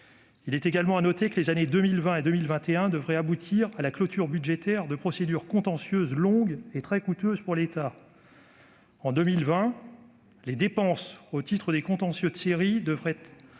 Il est également à noter que les années 2020 et 2021 devraient aboutir à la clôture budgétaire de procédures contentieuses longues et très coûteuses pour l'État. En 2020, les dépenses au titre des contentieux de série atteindront